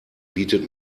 bietet